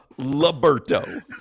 Liberto